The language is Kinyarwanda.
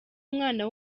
umwana